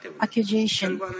accusation